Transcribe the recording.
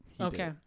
Okay